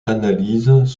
analyses